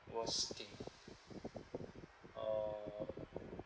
worst thing uh